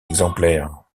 exemplaires